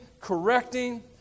correcting